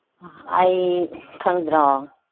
ꯑꯩ ꯈꯪꯗ꯭ꯔꯣ